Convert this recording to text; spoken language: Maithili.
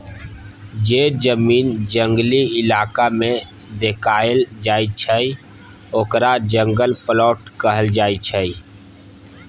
जे जमीन जंगली इलाका में देखाएल जाइ छइ ओकरा जंगल प्लॉट कहल जाइ छइ